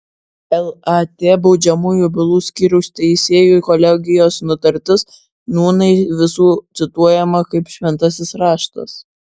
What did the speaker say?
lat baudžiamųjų bylų skyriaus teisėjų kolegijos nutartis nūnai visų cituojama kaip šventasis raštas